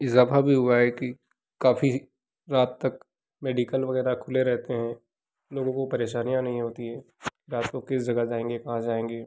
इजाफ़ा भी हुआ है कि काफ़ी रात तक मेडिकल वगैरह खुले रहते हैं लोगो को परेशानियाँ नहीं होती हैं रात को किस जगह जाएँगे कहाँ जाएँगे